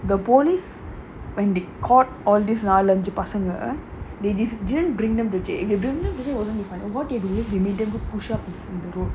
the police when the caught all this நாலஞ்சு பசங்க:naalanju pasanga they didn't bring them to jail they bring what they do is they made them to push up in the road